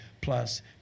plus